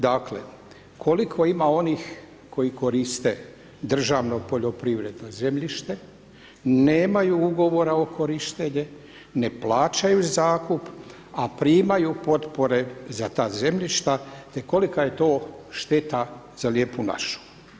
Dakle, koliko ima onih koji koriste državno poljoprivredno zemljište, nemaju ugovora o korištenju, ne plaćaju zakup, a primaju potpore za ta zemljišta te koliko je to šteta za lijepu našu.